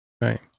right